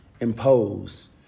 impose